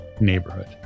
neighborhood